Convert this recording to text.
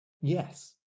yes